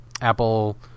Apple